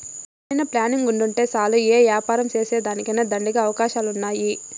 సరైన ప్లానింగుంటే చాలు యే యాపారం సేసేదానికైనా దండిగా అవకాశాలున్నాయి